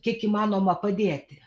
kiek įmanoma padėti